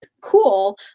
cool